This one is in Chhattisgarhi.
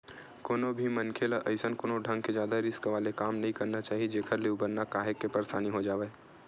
कोनो भी मनखे ल अइसन कोनो ढंग के जादा रिस्क वाले काम नइ करना चाही जेखर ले उबरना काहेक के परसानी हो जावय